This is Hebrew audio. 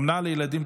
אומנה לילדים,